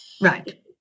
Right